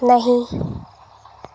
नहीं